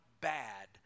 bad